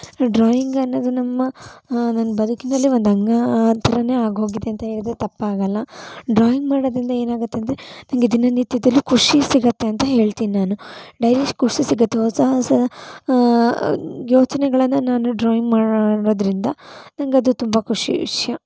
drawing ಅನ್ನೋದು ನಮ್ಮ ನನ್ನ ಬದುಕಿನಲ್ಲಿ ಒಂದು ಅಂಗ ಆ ಥರಾನೇ ಆಗೋಗಿದೆ ಅಂತ ಹೇಳಿದರೆ ತಪ್ಪಾಗಲ್ಲ ಡ್ರಾಯಿಂಗ್ ಮಾಡೋದ್ರಿಂದ ಏನಾಗುತ್ತಂದ್ರೆ ನನಗೆ ದಿನನಿತ್ಯದಲ್ಲಿ ಖುಷಿ ಸಿಗತ್ತೆ ಅಂತ ಹೇಳ್ತೀನಿ ನಾನು ಡೈಲಿ ಖುಷಿ ಸಿಗತ್ತೆ ಹೊಸ ಹೊಸ ಯೋಚನೆಗಳನ್ನು ನಾನು ಡ್ರಾಯಿಂಗ್ ಮಾಡೋದ್ರಿಂದ ನನಗದು ತುಂಬ ಖುಷಿ ವಿಷಯ